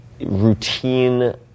routine